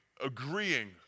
agreeing